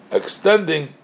extending